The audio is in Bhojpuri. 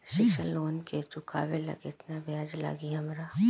शिक्षा लोन के चुकावेला केतना ब्याज लागि हमरा?